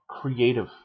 creative